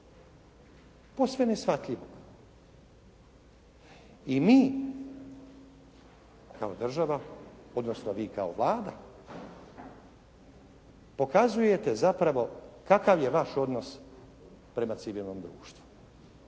Posve neshvatljivo. I mi, kao država, odnosno vi kao Vlada, pokazujete zapravo kakav je vaš odnos prema civilnom društvu.